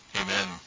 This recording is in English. amen